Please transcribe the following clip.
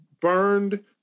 burned